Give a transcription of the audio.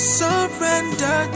surrender